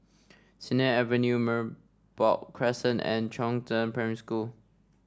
Sennett Avenue Merbok Crescent and Chongzheng Primary School